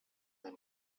them